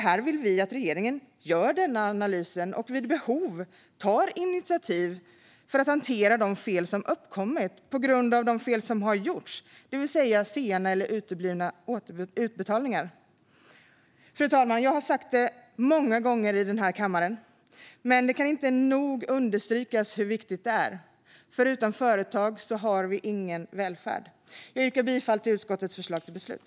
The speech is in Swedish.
Vi vill att regeringen gör denna analys och vid behov tar initiativ för att hantera de fel som uppkommit på grund av sena eller uteblivna utbetalningar. Fru talman! Jag har många gånger i denna kammare sagt att utan företag har vi ingen välfärd. Detta kan dock inte nog understrykas. Jag yrkar bifall till utskottets förslag till beslut.